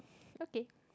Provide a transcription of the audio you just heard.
okay